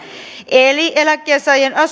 eli eläkkeensaajien